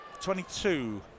22